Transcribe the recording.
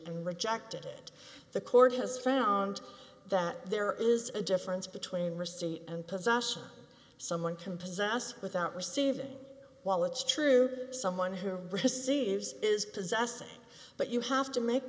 and rejected it the court has found that there is a difference between receipt and possession someone can possess without receiving while it's true someone who receives is possessing but you have to make